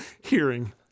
Hearing